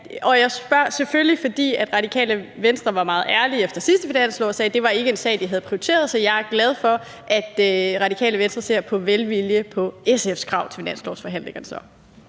Jeg spørger selvfølgelig, fordi Radikale Venstre var meget ærlige efter sidste finanslov og sagde, at det ikke var en sag, de havde prioriteret. Så jeg er glad for, at Radikale Venstre så ser med velvilje på SF's krav til finanslovsforhandlingerne.